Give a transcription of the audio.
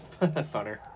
Funner